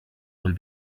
will